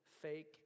fake